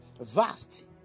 vast